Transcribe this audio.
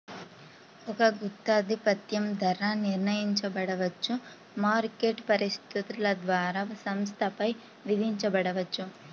ఒక గుత్తాధిపత్యం ధర నిర్ణయించబడవచ్చు, మార్కెట్ పరిస్థితుల ద్వారా సంస్థపై విధించబడవచ్చు